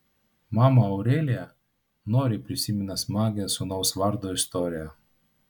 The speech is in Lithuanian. mama aurelija noriai prisimena smagią sūnaus vardo istoriją